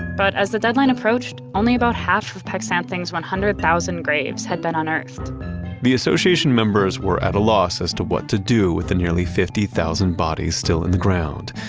but as the deadline approached only about half of peck san theng's one hundred thousand graves had been unearthed the association members were at a loss as to what to do with the nearly fifty thousand bodies still in the ground.